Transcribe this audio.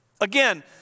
Again